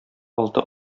алты